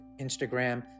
Instagram